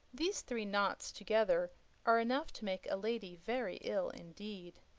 these three nots together are enough to make a lady very ill indeed.